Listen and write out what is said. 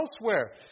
elsewhere